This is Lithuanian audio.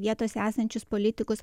vietose esančius politikus